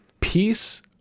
peace